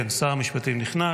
שר המשפטים נכנס.